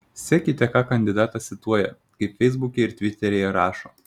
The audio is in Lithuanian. sekite ką kandidatas cituoja kaip feisbuke ir tviteryje rašo